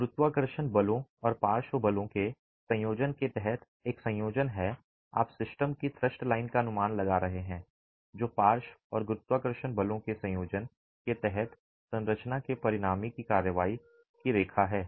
गुरुत्वाकर्षण बलों और पार्श्व बलों के संयोजन के तहत एक संयोजन आप सिस्टम की थ्रस्ट लाइन का अनुमान लगा रहे हैं जो पार्श्व और गुरुत्वाकर्षण बलों के संयोजन के तहत संरचना के परिणामी की कार्रवाई की रेखा है